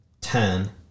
Ten